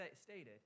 stated